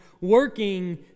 working